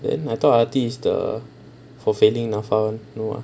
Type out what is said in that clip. then I thought R T is the fulfilling NAFA [one] no ah